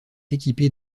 équipée